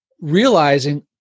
realizing